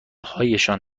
هایشان